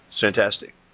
Fantastic